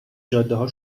جادهها